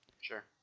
Sure